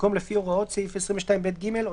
במקום "לפי הוראות סעיף 22ב(ג) או